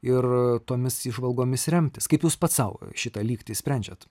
ir tomis įžvalgomis remtis kaip jūs pats sau šitą lygtį sprendžiat